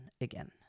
again